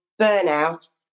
burnout